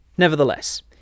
Nevertheless